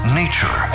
nature